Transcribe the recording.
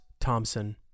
Thompson